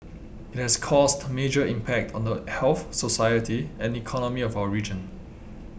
it has caused major impact on the health society and economy of our region